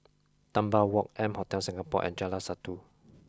Dunbar Walk M Hotel Singapore and Jalan Satu